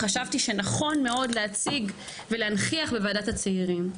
חשבתי שנכון מאוד להציג ולהנכיח בוועדת הצעירים.